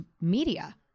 media